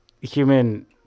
human